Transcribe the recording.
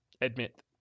admit